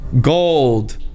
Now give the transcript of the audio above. gold